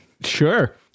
Sure